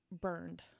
burned